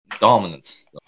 dominance